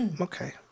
Okay